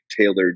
tailored